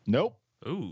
Nope